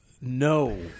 No